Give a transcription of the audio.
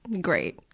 great